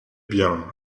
bien